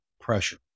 pressure